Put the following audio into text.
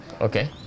Okay